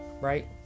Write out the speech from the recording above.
right